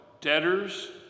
debtors